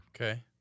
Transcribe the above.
Okay